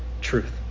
truth